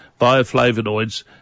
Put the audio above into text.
Bioflavonoids